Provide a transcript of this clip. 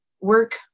work